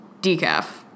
Decaf